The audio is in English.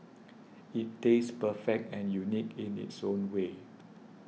it tastes perfect and unique in its own way